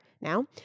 now